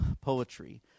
poetry